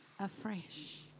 afresh